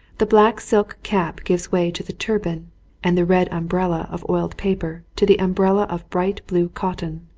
the black silk cap gives way to the turban and the red umbrella of oiled paper to the umbrella of bright blue cotton.